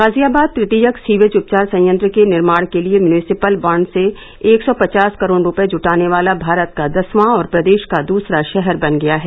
गाजियाबाद तृतीयक सीवेज उपचार संयंत्र के निर्माण के लिए म्युनिसिपल बांड से एक सौ पचास करोड़ रुपये जुटाने वाला भारत का दसवा और प्रदेश का दूसरा शहर बन गया है